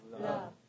Love